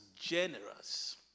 generous